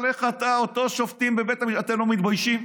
אבל איך אתם, אותם שופטים, לא מתביישים?